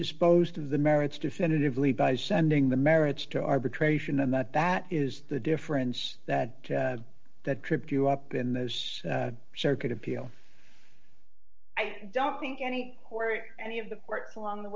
disposed of the merits definitively by sending the merits to arbitration and that that is the difference that that tripped you up in this circuit appeal i don't think any or any of the courts along the